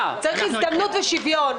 צריך הזדמנות ושוויון.